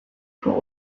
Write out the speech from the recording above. for